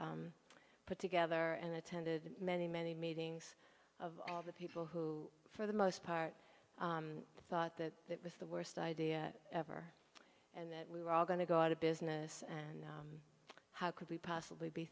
was put together and attended many many meetings of the people who for the most part thought that that was the worst idea ever and that we were all going to go out of business and how could we possibly be